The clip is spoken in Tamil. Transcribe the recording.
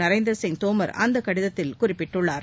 நரேந்திர சிங் தோமர் அந்தக் கடிதத்தில் குறிப்பிட்டுள்ளார்